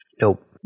Nope